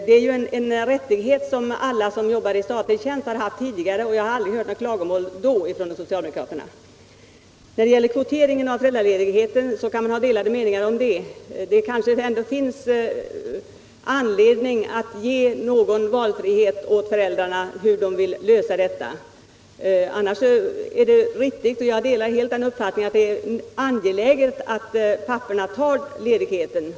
Detta är en rättighet som alla, vilka arbetar i statlig tjänst, tidigare har haft, men då hörde jag aldrig några klagomål från socialdemokraterna. Beträffande kvoteringen av föräldraledigheten kan man ha delade meningar, men kanske det ändå finns anledning att ge någon valfrihet åt föräldrarna att själva lösa detta problem. Jag delar dock helt den uppfattningen, att det är angeläget att även papporna tar denna ledighet.